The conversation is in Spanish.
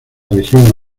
región